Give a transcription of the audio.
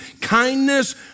kindness